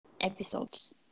episodes